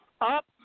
up